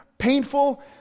painful